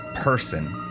person